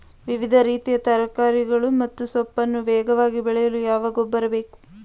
ವಿವಿಧ ರೀತಿಯ ತರಕಾರಿಗಳು ಮತ್ತು ಸೊಪ್ಪನ್ನು ವೇಗವಾಗಿ ಬೆಳೆಯಲು ಯಾವ ಗೊಬ್ಬರ ಬೇಕು?